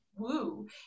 Woo